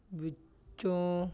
ਵਿੱਚੋਂ